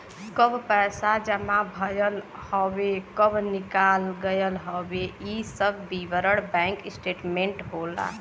कब पैसा जमा भयल हउवे कब निकाल गयल हउवे इ सब विवरण बैंक स्टेटमेंट होला